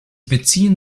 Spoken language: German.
beziehen